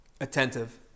attentive